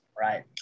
Right